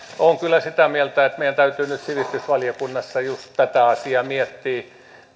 olen kyllä sitä mieltä että meidän täytyy nyt sivistysvaliokunnassa just tätä asiaa miettiä